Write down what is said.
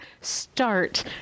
Start